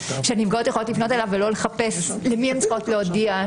שהנפגעות יכולות לפנות אליו ולא לחפש למי הן צריכות להודיע.